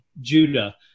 Judah